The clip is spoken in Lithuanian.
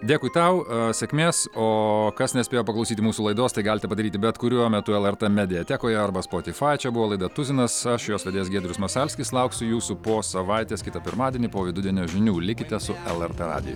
dėkui tau sėkmės o kas nespėjo paklausyti mūsų laidos tai galite padaryti bet kuriuo metu lrt mediatekoje arba spotifai čia buvo laida tuzinas aš jos vedėjas giedrius masalskis lauksiu jūsų po savaitės kitą pirmadienį po vidudienio žinių likite su lrt radiju